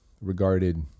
regarded